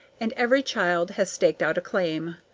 and every child has staked out a claim.